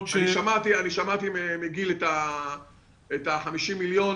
ש- -- אני שמעתי מגיל על 50 מיליוני